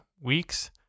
weeks